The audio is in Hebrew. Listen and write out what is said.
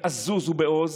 בעזוז ובעוז,